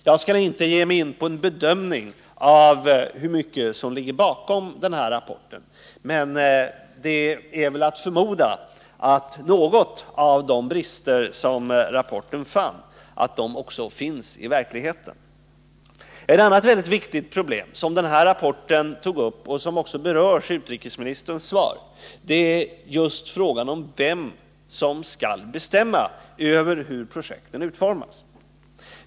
Jag skall inte ge mig in på en bedömning av hur mycket som ligger bakom den här rapporten, men det är väl att förmoda att någon av de brister som rapporten fann också finns i verkligheten. Ett annat väldigt viktigt problem som den här rapporten tog upp och som också berörs i utrikesministerns svar är frågan om vem som skall bestämma över hur projekten utformas.